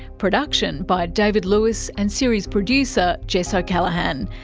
production by david lewis and series producer jess o'callaghan,